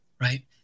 right